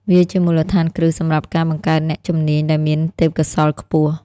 វាជាមូលដ្ឋានគ្រឹះសម្រាប់ការបង្កើតអ្នកជំនាញដែលមានទេពកោសល្យខ្ពស់។